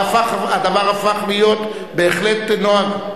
והדבר הפך להיות בהחלט נוהג.